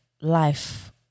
life